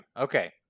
Okay